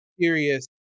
serious